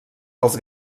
els